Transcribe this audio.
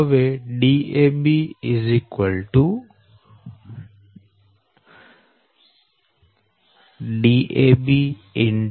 હવે Dab dab